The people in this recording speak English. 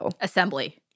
Assembly